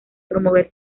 promover